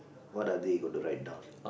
what are they gona write down